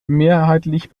mehrheitlich